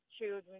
children